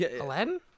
Aladdin